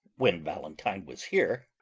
when valentine was here.